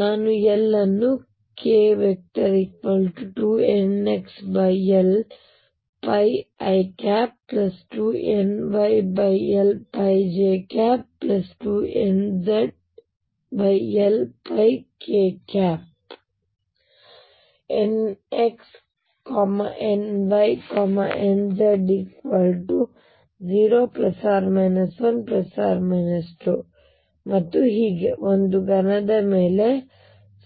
ನಾನು L ಮತ್ತು k2nxLπ i2nyLπ j2nzLπ k nx ny nz0 ±1 ±2 ಮತ್ತು ಹೀಗೆ ಒಂದು ಘನದ ಮೇಲೆ